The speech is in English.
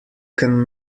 can